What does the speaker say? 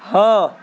ہاں